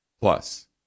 Plus